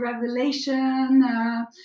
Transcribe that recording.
revelation